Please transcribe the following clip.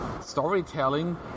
storytelling